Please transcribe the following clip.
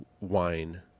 wine